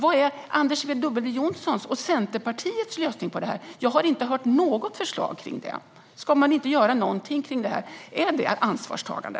Vad är Anders W Jonssons och Centerpartiets lösning? Jag har inte hört något förslag kring detta. Ska man inte göra någonting åt det här? Är det ansvarstagande?